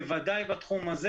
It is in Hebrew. בוודאי בתחום הזה,